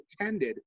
attended